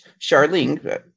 Charlene